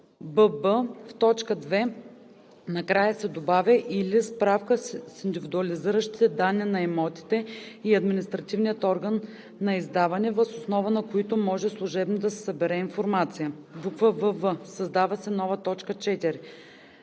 бб) в т. 2 накрая се добавя „или справка с индивидуализиращите данни на имотите и административният орган на издаване, въз основа на които да може служебно да се събере информация“; вв) създава се нова т. 4: